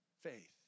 faith